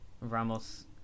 Ramos